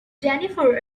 jennifer